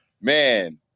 Man